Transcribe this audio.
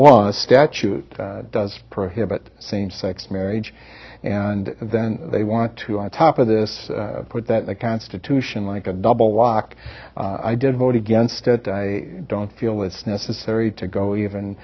law statute does prohibit same sex marriage and then they want to on top of this put that in the constitution like a double lock i did vote against it i don't feel it's necessary to go even